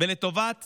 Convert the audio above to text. ולטובת